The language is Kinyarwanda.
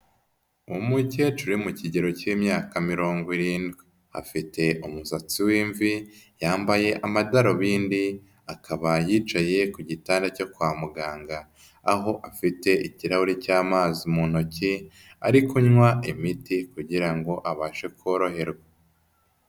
Umukecuru uri mu kigero cy'imyaka mirongo irindwi afite umusatsi w'imvi, yambaye amadarubindi, akaba yicaye ku gitanda cyo kwa muganga, aho afite ikirahure cy'amazi mu ntoki, ari kunywa imiti kugira ngo abashe koroherwa.